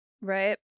right